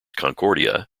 concordia